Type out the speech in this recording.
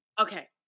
Okay